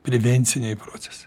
prevenciniai procesai